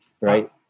Right